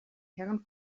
herren